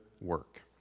work